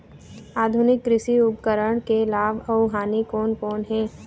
आधुनिक कृषि उपकरण के लाभ अऊ हानि कोन कोन हे?